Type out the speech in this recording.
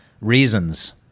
reasons